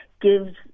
gives